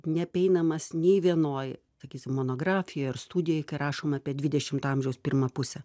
neapeinamas nei vienoj sakysim monografijoj ar studijoj rašoma apie dvidešimt amžiaus pirmą pusę